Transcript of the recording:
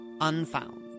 Unfound